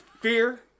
fear